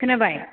खोनाबाय